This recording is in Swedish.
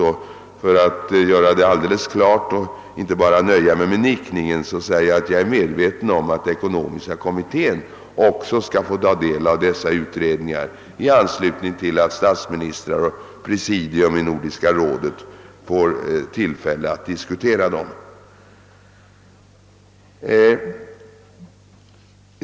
Jag ser att herr Wedén nickade bekräftande, men jag vill ändå klargöra att jag är medveten om att även Ekonomiska kommittén skall få ta del av dessa utredningar i anslutning till att statsministrarna och Nordiska rådets presidium får tillfälle att diskutera dem.